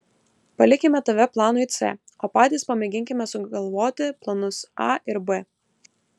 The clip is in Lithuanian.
palikime tave planui c o patys pamėginkime sugalvoti planus a ir b